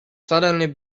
suddenly